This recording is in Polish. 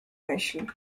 myśl